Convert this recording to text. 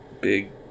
big